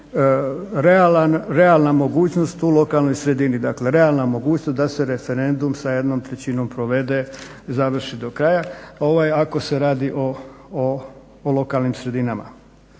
realna mogućnost u lokalnoj sredini. Dakle, realna mogućnost da se referendum sa jednom trećinom provede i završi do kraja ako se radi o lokalnim sredinama.